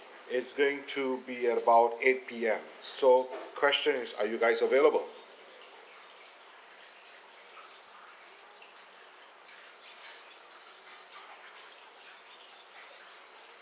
it's going to be at about eight P_M so question is are you guys available